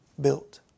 built